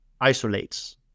isolates